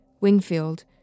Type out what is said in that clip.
Wingfield